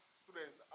students